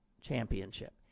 championship